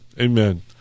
Amen